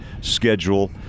schedule